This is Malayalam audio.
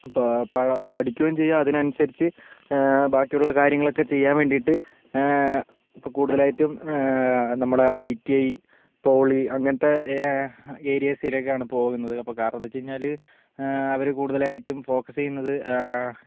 ഇപ്പോൾ പഴ പഠിക്കുകയും ചെയ്യാം അതിനനുസരിച്ച് ബാക്കിയുള്ള കാര്യങ്ങളൊക്കെ ചെയ്യാൻ വേണ്ടിട്ട് ഇപ്പോൾ കൂടുതലായിട്ടും നമ്മളെ ഐ റ്റി ഐ പോളി അങ്ങനത്തെ ഏരിയാസിലേക്കാണ് പോകുന്നത് അപ്പം കാരണം എന്നു വെച്ച്കഴിഞ്ഞാൽ അവർ കൂടുതലായിട്ടും ഫോക്കസ് ചെയ്യുന്നത്